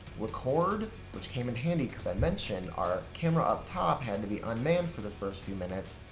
record which came in handy because i mentioned our camera up top had to be unmanned for the first few minutes.